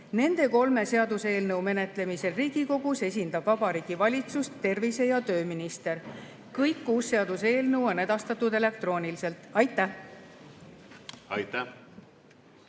Nende kolme seaduseelnõu menetlemisel Riigikogus esindab Vabariigi Valitsust tervise- ja tööminister. Kõik kuus seaduseelnõu on edastatud elektrooniliselt. Aitäh!